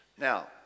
Now